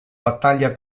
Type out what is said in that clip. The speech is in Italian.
battaglia